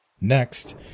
Next